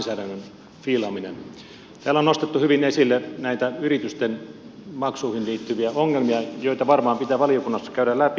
täällä on nostettu hyvin esille näitä yritysten maksuihin liittyviä ongelmia joita varmaan pitää valiokunnassa käydä läpi